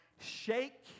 shake